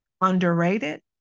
underrated